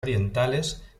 orientales